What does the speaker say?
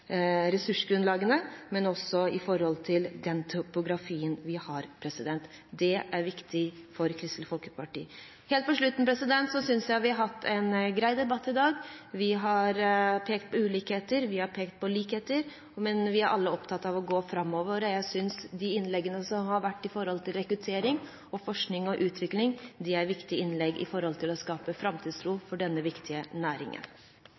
ressursgrunnlagene, men også den topografien vi har. Det er viktig for Kristelig Folkeparti. Helt på slutten: Jeg synes vi har hatt en grei debatt i dag. Vi har pekt på ulikheter, vi har pekt på likheter, men vi er alle opptatt av å gå framover. Jeg synes de innleggene som har gått på rekruttering, forskning og utvikling, er viktige innlegg med tanke på å skape framtidsro for denne viktige næringen.